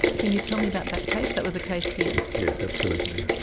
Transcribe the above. can you tell me about that case? that was a case here? yes, absolutely.